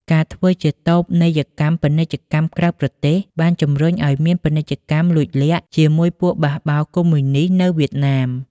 ការធ្វើជាតូបនីយកម្មពាណិជ្ជកម្មក្រៅប្រទេស បានជំរុញឲ្យមានពាណិជ្ជកម្មលួចលាក់ជាមួយពួកបេះបោរកុម្មុយនីស្តនៅវៀតណាម។